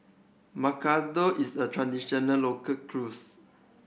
macarons is a traditional local cuisine